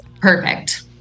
Perfect